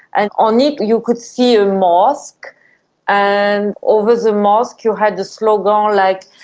and on it you could see a mosque and over the mosque you had the slogan, like,